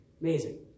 amazing